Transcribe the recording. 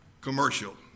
commercial